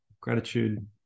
gratitude